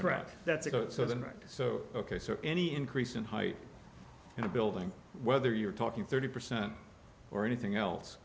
correct that's it so then right so ok so any increase in height in a building whether you're talking thirty percent or anything else